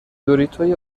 دوریتوی